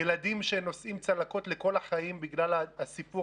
ילדים שנושאים צלקות לכל החיים בגלל הסיפור